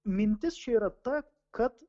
mintis čia yra ta kad